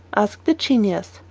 asked the genius,